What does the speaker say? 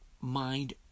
mind